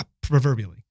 proverbially